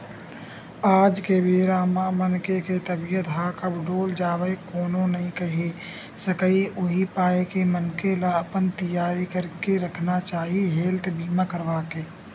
आज के बेरा म मनखे के तबीयत ह कब डोल जावय कोनो नइ केहे सकय उही पाय के मनखे ल अपन तियारी करके रखना चाही हेल्थ बीमा करवाके